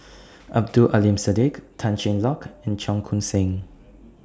Abdul Aleem Siddique Tan Cheng Lock and Cheong Koon Seng